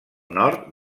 nord